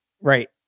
Right